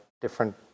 different